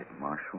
Marshal